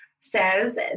says